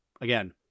again